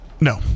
No